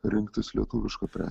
rinktis lietuvišką prekę